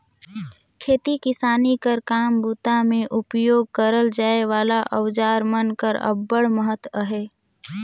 खेती किसानी कर काम बूता मे उपियोग करल जाए वाला अउजार मन कर अब्बड़ महत अहे